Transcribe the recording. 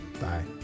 bye